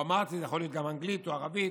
או, אמרתי, יכול להיות גם אנגלית או ערבית,